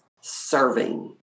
serving